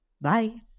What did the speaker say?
Bye